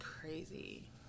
crazy